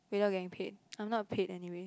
without getting paid I'm not paid anyway